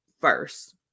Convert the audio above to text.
first